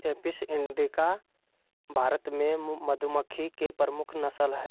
Apis indica Bharat मे मधुमक्खी के प्रमुख नस्ल हय